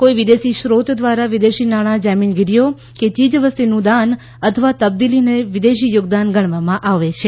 કોઈ વિદેશી શ્રોત દ્વારા વિદેશી નાણાં જામીનગીરીઓ કે ચીજવસ્તુનું દાન અથવા તબદીલીને વિદેશી યોગદાન ગણવામાં આવે છે